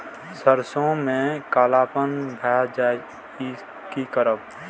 सरसों में कालापन भाय जाय इ कि करब?